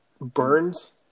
Burns